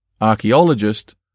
archaeologist